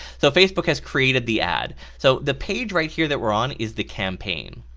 so facebook has created the ad. so the page right here that we're on is the campaign.